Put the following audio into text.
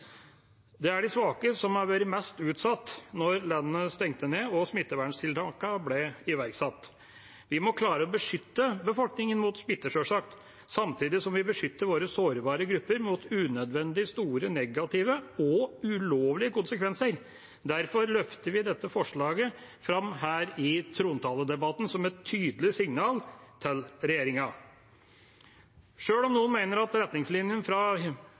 Det er de svake som har vært mest utsatt etter at landet stengte ned og smittevernstiltakene ble iverksatt. Vi må sjølsagt klare å beskytte befolkningen mot smitte, samtidig som vi må beskytte våre sårbare grupper mot unødvendig store negative og ulovlige konsekvenser. Derfor løfter vi dette forslaget fram her i trontaledebatten som et tydelig signal til regjeringa. Sjøl om noen mener at retningslinjene fra